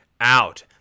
out